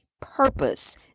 purpose